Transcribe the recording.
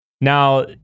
Now